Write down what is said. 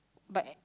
but